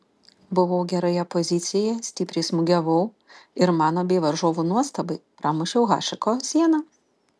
buvau geroje pozicijoje stipriai smūgiavau ir mano bei varžovų nuostabai pramušiau hašeko sieną